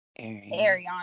Ariana